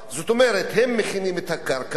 זאת אומרת, הם מכינים את הקרקע.